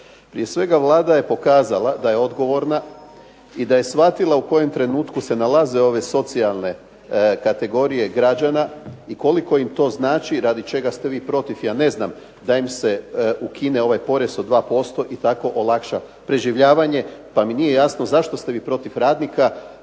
Prije svega Vlada je pokazala da je odgovorna i da je shvatila u kojem trenutku se nalaze ove socijalne kategorije građana i koliko im to znači, radi čega ste vi protiv ja ne znam da im se ukine ovaj porez od 2% i tako olakša preživljavanje, pa mi nije jasno zašto ste vi protiv radnika,